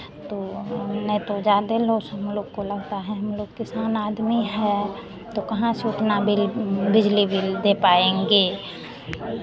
तो नहीं तो ज़्यादे लॉस हम लोग को लगता है हम लोग किसान आदमी हैं तो कहाँ से उतना बिल बिजली बिल दे पाएँगे